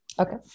Okay